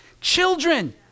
children